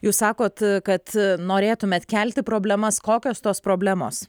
jūs sakote kad norėtumėte kelti problemas kokios tos problemos